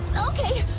okay,